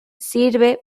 sirve